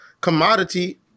commodity